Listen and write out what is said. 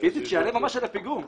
פיזית שיעלה ממש על הפיגום.